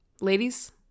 ladies